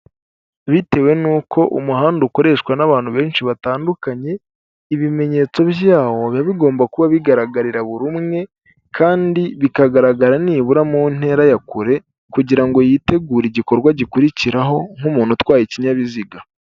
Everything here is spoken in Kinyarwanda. Bitewe n'uko umuhanda ukoreshwa n'abantu benshi batandukanye ibimenyetso byawo biba bigomba kuba bigaragarira buri umwe kandi bikagaragara nibura mu ntera ya kure kugira ngo yitegure igikorwa gikurikiraho nk'umuntu utwaye ikinyabiziga.